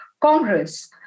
Congress